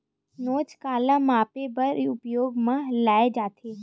नोच काला मापे बर उपयोग म लाये जाथे?